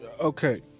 Okay